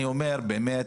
אני אומר באמת,